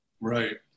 Right